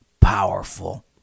powerful